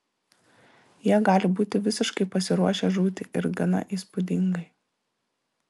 jie gali būti visiškai pasiruošę žūti ir gana įspūdingai